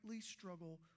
struggle